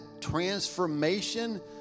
transformation